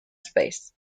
space